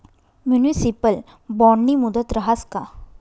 Municipal बॉन्डनी मुदत रहास का?